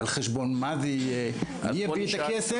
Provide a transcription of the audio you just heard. על חשבון מה זה יהיה ומי יביא את הכסף.